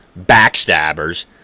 backstabbers